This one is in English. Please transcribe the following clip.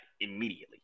immediately